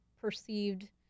perceived